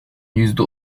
yüzde